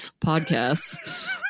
podcasts